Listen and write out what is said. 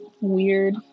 weird